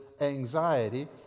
anxiety